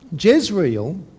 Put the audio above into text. Jezreel